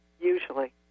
usually